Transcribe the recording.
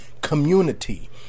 community